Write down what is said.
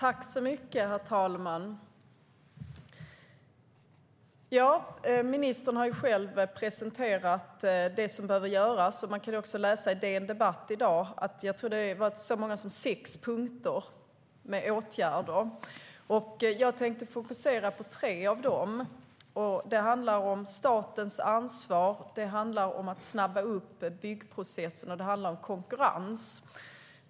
Herr talman! Ministern har själv presenterat det som behöver göras, och man kan i dag läsa på DN Debatt om sex punkter, tror jag att det var, med åtgärder. Jag tänkte fokusera på tre av dem. Det handlar om statens ansvar, om att snabba upp byggprocessen och om konkurrens.